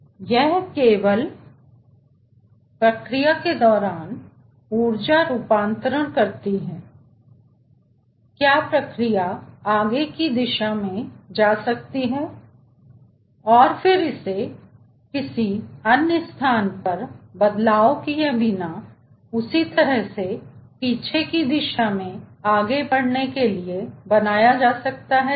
यह केवल प्रक्रिया के दौरान ऊर्जा रूपांतरण कहती है कि क्या प्रक्रिया आगे की दिशा में जा सकती है और फिर इसे किसी अन्य स्थान पर बदलाव किए बिना उसी तरह से पीछे की दिशा में आगे बढ़ने के लिए बनाया जा सकता है या नहीं